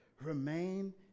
Remain